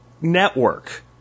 network